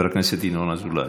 חבר הכנסת ינון אזולאי,